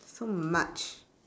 so much